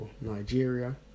Nigeria